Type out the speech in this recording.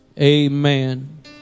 amen